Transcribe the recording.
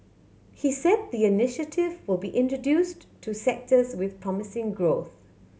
he said the initiative will be introduced to sectors with promising growth